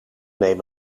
neem